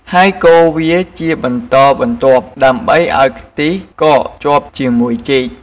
ហើយកូរវាជាបន្តបន្ទាប់ ដើម្បីឱ្យខ្ទិះកកជាប់ជាមួយចេក។